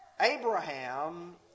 Abraham